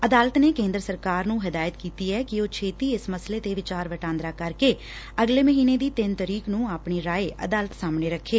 ਅਦਾਲਤ ਨੇ ਕੇਂਦਰ ਸਰਕਾਰ ਨੂੰ ਹਦਾਇਤ ਕੀਤੀ ਐ ਕਿ ਉਹ ਛੇਤੀ ਇਸ ਮਸਲੇ ਤੇ ਵਿਚਾਰ ਵਟਾਂਦਰਾ ਕਰਕੇ ਅਗਲੇ ਮਹੀਨੇ ਦੀ ਤਿੰਨ ਤਰੀਕ ਨੁੰ ਆਪਣੀ ਰਾਇ ਅਦਾਲਤ ਸਾਹਮਣੇ ਰੱਖੇ